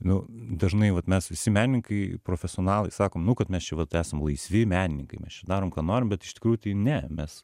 nu dažnai vat mes visi menininkai profesionalai sakom nu kad mes čia vat esam laisvi menininkai mes čia darom ką norim bet iš tikrųjų tai ne mes